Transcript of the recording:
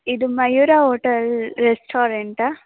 ಇದು ಮಯೂರ ಓಟೆಲ್ ರೆಸ್ಟೋರೆಂಟಾ